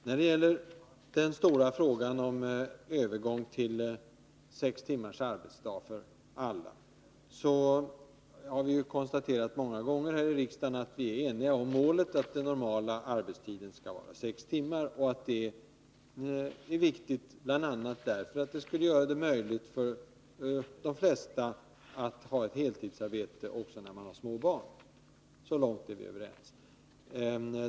När det gäller den stora frågan om övergång till sex timmars arbetsdag för alla har vi konstaterat många gånger här i riksdagen att vi är eniga om målet, att den normala arbetstiden skall vara sex timmar och att detta är viktigt, bl.a. därför att sex timmars arbetsdag skulle göra det möjligt för de flesta att ha ett heltidsarbete också när de har små barn. Så långt är vi överens.